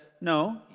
no